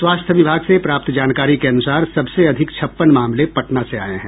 स्वास्थ्य विभाग से प्राप्त जानकारी के अनुसार सबसे अधिक छप्पन मामले पटना से आये हैं